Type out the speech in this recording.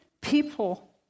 people